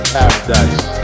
Paradise